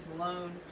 alone